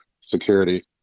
security